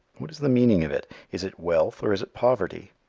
what is the meaning of it? is it wealth or is it poverty?